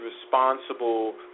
responsible